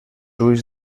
ulls